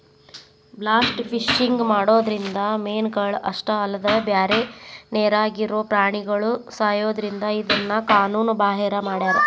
blast fishing ಮಾಡೋದ್ರಿಂದ ಮೇನಗಳ ಅಷ್ಟ ಅಲ್ಲದ ಬ್ಯಾರೆ ನೇರಾಗಿರೋ ಪ್ರಾಣಿಗಳು ಸಾಯೋದ್ರಿಂದ ಇದನ್ನ ಕಾನೂನು ಬಾಹಿರ ಮಾಡ್ಯಾರ